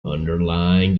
underlying